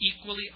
equally